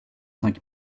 cinq